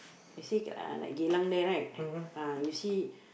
you see uh like Geylang there right ah you see